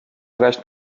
grać